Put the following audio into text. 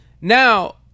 now